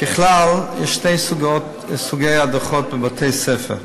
ככלל, יש שני סוגי הדרכות בבתי-ספר: